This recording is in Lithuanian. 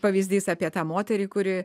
pavyzdys apie tą moterį kuri